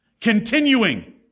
Continuing